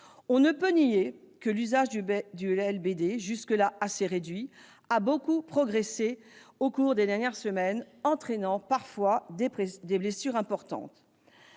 On ne peut nier que l'usage du LBD, jusque-là assez réduit, a beaucoup progressé au cours des dernières semaines, entraînant parfois des blessures importantes.